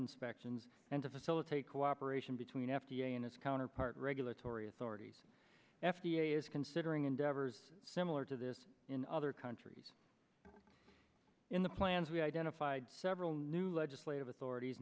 inspections and to facilitate cooperation between f d a and its counterpart regulatory authorities f d a is considering endeavors similar to this in other countries in the plans we identified several new legislative authorities